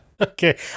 Okay